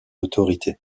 autorités